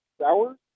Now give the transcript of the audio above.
shower